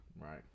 right